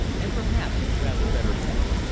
and perhaps rather better kept.